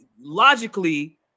logically